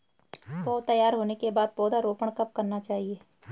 पौध तैयार होने के बाद पौधा रोपण कब करना चाहिए?